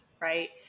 Right